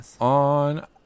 on